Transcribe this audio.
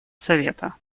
совета